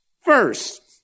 first